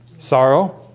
sorrow